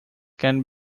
can